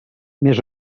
més